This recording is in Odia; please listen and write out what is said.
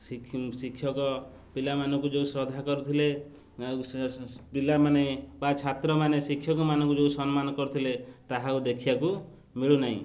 ଶିକ୍ଷକ ପିଲାମାନଙ୍କୁ ଯେଉଁ ଶ୍ରଦ୍ଧା କରୁଥିଲେ ଆଉ ପିଲାମାନେ ବା ଛାତ୍ରମାନେ ଶିକ୍ଷକମାନଙ୍କୁ ଯେଉଁ ସମ୍ମାନ କରୁଥିଲେ ତାହା ଆଉ ଦେଖିବାକୁ ମିଳୁନାହିଁ